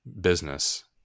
business